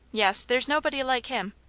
yes, there's nobody like him.